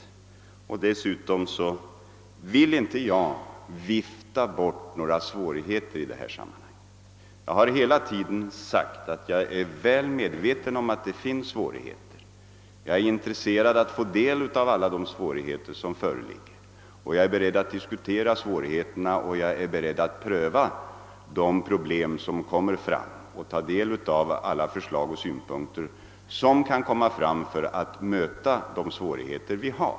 Jag vill dessutom inte vifta bort några svårigheter i detta sammanhang. Jag har hela tiden understrukit att jag är väl medveten om att det finns svårigheter och att jag är intresserad av att få del av alla dessa. Jag är beredd att diskutera svårigheterna och att pröva de problem som uppstår liksom att ta del av alla förslag och synpunkter, som framförs i frågan om hur vi skall kunna möta dessa svårigheter.